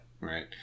Right